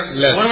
less